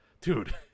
Dude